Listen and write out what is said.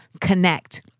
connect